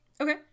Okay